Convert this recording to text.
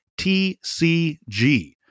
TCG